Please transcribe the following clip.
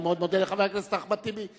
אני מאוד מודה לחבר הכנסת אחמד טיבי.